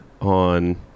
on